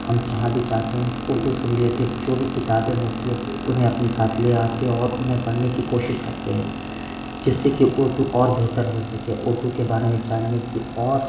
ہم جہاں بھی جاتے ہیں تو اردو سے ریلیٹڈ جو بھی کتابیں ہوتی ہے انہیں اپنے ساتھ لے آتے ہے اور انہیں پڑھنے کی کوشش کرتے ہیں جس سے کہ اردو اور بہتر ہو سکے اردو کے بارے میں جاننے کی اور